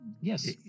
Yes